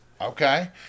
Okay